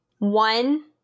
One